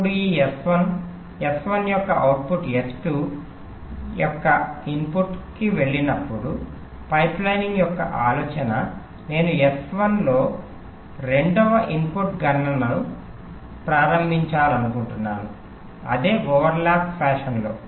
ఇప్పుడు ఈ S1 S1 యొక్క అవుట్పుట్ S2 యొక్క ఇన్పుట్కు వెళ్ళినప్పుడు పైప్లైనింగ్ యొక్క ఆలోచన నేను S1 లో రెండవ ఇన్పుట్ గణనను ప్రారంభించాలనుకుంటున్నాను అదే ఓవర్ ల్యాప్ ఫ్యాషన్లో